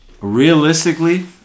Realistically